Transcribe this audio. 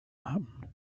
happen